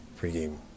pregame